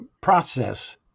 process